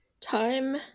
Time